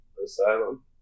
asylum